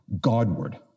Godward